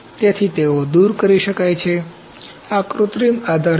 તેથી તેઓ દૂર કરી શકાય છે આ કૃત્રિમ આધાર છે